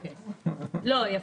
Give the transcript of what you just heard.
אנחנו עושים את זה ביחד, קטי.